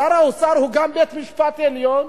שר האוצר הוא גם בית-משפט עליון,